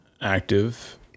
active